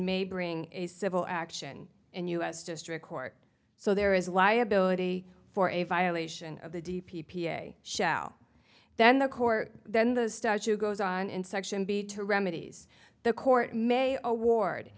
may bring a civil action in us district court so there is liability for a violation of the d p p a shell then the court then the statue goes on in section b to remedies the court may or ward